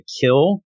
kill